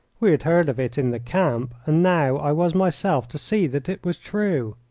we had heard of it in the camp, and now i was myself to see that it was true.